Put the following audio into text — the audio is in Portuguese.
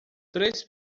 três